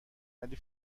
ولی